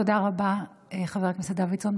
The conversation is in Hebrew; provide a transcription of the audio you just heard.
תודה רבה, חבר הכנסת דוידסון.